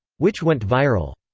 which went viral.